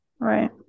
Right